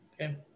Okay